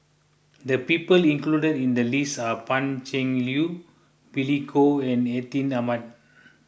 the people included in the list are Pan Cheng Lui Billy Koh and Atin Amat